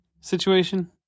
situation